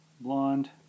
Blonde